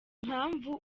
mpamvu